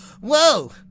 Whoa